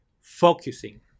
focusing